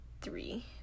three